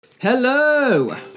Hello